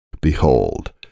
Behold